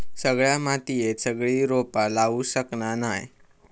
सगळ्या मातीयेत सगळी रोपा लावू शकना नाय